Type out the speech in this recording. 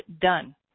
done